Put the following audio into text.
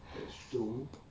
that's true